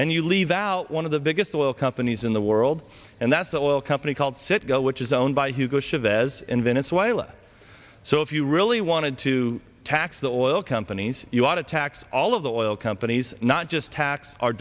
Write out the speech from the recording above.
and you leave out one of the biggest oil companies in the world and that's the oil company called citgo which is owned by hugo chavez in venezuela so if you really wanted to tax the oil companies you want to tax all of the oil companies not just tax o